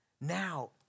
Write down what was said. now